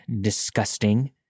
disgusting